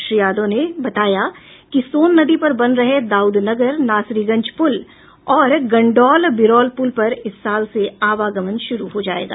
श्री यादव ने बताया कि सोन नदी पर बन रहे दाउदनगर नासरीगंज पुल और गंडौल बिरौल पुल पर इस साल से आवागमन शुरू हो जायेगा